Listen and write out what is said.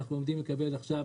אנחנו עומדים לקבל עכשיו